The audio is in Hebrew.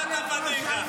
עשית את הפדיחה שלך.